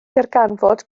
ddarganfod